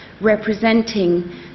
representing